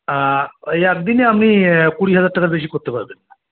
হ্যাঁ ওই এক দিনে আপনি কুড়ি হাজার টাকার বেশি করতে পারবেন না